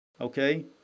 okay